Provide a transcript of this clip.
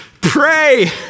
Pray